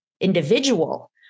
individual